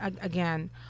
again